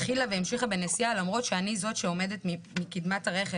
התחילה והמשיכה בנסיעה למרות שאני זו שעומדת בקדמת הרכב,